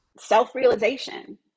self-realization